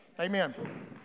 Amen